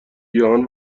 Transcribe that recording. گیاهان